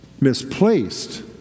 misplaced